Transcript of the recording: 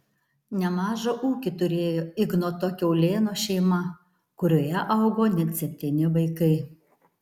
nemažą ūkį turėjo ignoto kiaulėno šeima kurioje augo net septyni vaikai